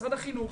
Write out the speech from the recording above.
משרד החינוןך.